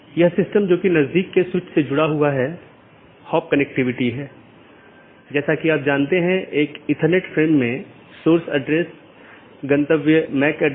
और एक autonomous system एक ही संगठन या अन्य सार्वजनिक या निजी संगठन द्वारा प्रबंधित अन्य ऑटॉनमस सिस्टम से भी कनेक्ट कर सकती है